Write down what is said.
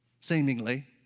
seemingly